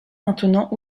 maintenant